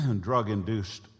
drug-induced